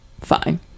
fine